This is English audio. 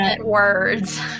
words